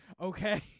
okay